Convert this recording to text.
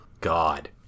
God